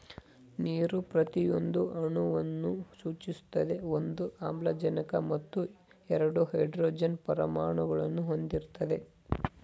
ನೀರು ಪ್ರತಿಯೊಂದು ಅಣುವನ್ನು ಸೂಚಿಸ್ತದೆ ಒಂದು ಆಮ್ಲಜನಕ ಮತ್ತು ಎರಡು ಹೈಡ್ರೋಜನ್ ಪರಮಾಣುಗಳನ್ನು ಹೊಂದಿರ್ತದೆ